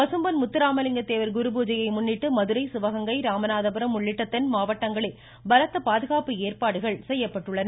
பசும்பொன் முத்துராமலிங்க தேவர் குருபூஜையை முன்னிட்டு மதுரை சிவகங்கை ராமநாதபுரம் உள்ளிட்ட தென் மாவட்டங்களில் பலத்த பாதுகாப்பு ஏற்பாடுகள் செய்யப்பட்டிருந்தன